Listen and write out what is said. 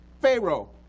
pharaoh